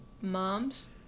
moms